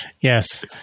Yes